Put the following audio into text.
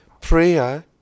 prayer